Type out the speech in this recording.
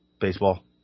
baseball